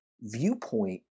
viewpoint